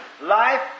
life